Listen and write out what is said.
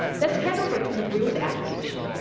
let's head over to the bruise advocation.